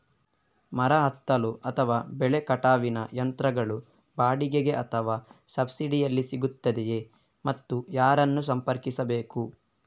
ಮರ ಹತ್ತಲು ಅಥವಾ ಬೆಲೆ ಕಟಾವಿನ ಯಂತ್ರಗಳು ಬಾಡಿಗೆಗೆ ಅಥವಾ ಸಬ್ಸಿಡಿಯಲ್ಲಿ ಸಿಗುತ್ತದೆಯೇ ಮತ್ತು ಯಾರನ್ನು ಸಂಪರ್ಕಿಸಬೇಕು?